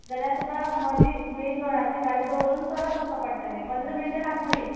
जाल्यार तुका मदी मेन रोडाचेर गाडी दवरून चलत वचपाक पडटलें पंदरा मिण्टां लागतलीं